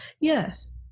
Yes